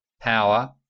power